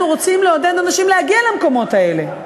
אנחנו רוצים לעודד אנשים להגיע למקומות האלה,